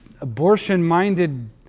abortion-minded